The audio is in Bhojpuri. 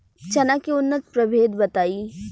चना के उन्नत प्रभेद बताई?